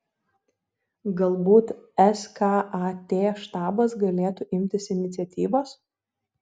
galbūt skat štabas galėtų imtis iniciatyvos